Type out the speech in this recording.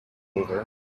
over